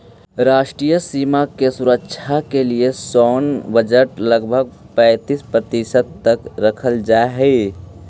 राष्ट्रीय सीमा के सुरक्षा के लिए सैन्य बजट लगभग पैंतीस प्रतिशत तक रखल जा हई